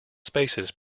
spaces